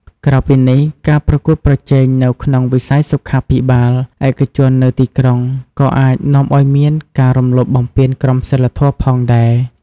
ក្រៅពីនេះ ការប្រកួតប្រជែងនៅក្នុងវិស័យសុខាភិបាលឯកជននៅទីក្រុង ក៏អាចនាំឱ្យមាន ការរំលោភបំពានក្រមសីលធម៌ ផងដែរ។